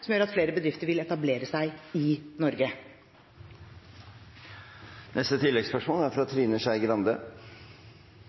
som gjør at flere bedrifter vil etablere seg i Norge. Trine Skei Grande – til oppfølgingsspørsmål. I et europeisk perspektiv er